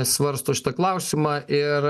svarsto šitą klausimą ir